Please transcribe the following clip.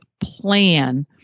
plan